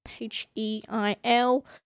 H-E-I-L